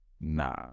nah